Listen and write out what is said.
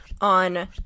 on